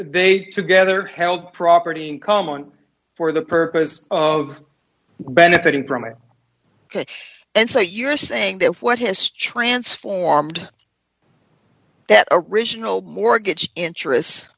they together held property in common for the purpose of benefiting from it and so you're saying that what has strands formed that original mortgage interest